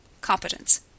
Competence